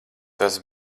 tas